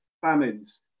famines